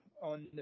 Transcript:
on